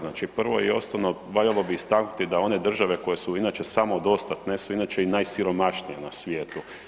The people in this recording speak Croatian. Znači prvo i osnovno, valjalo bi istaknuti da one države koje su inače samodostatne su inače i najsiromašnije na svijetu.